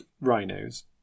rhinos